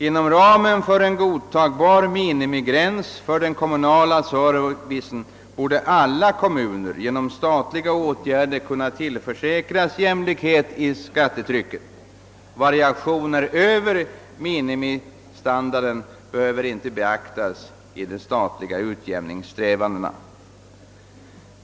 Inom ramen för en godtagbar minimigräns för den kommunala servicen borde alla kommuner genom statliga åtgärder kunna tillförsäkras jämlikhet i skattetrycket. Variationerna över minimistandarden behöver inte beaktas i de statliga utjämningssträvandena.